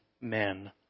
men